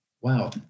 wow